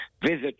Visit